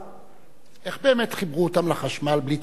איך באמת חיברו אותם לחשמל בלי טופס 4?